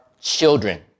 children